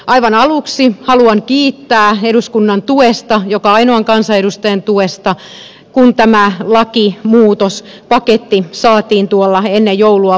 aivan aluksi haluan kiittää eduskunnan tuesta joka ainoan kansanedustajan tuesta että tämä lakimuutospaketti saatiin ennen joulua valmiiksi